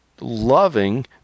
loving